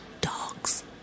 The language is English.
dogs